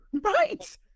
Right